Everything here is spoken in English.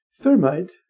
Thermite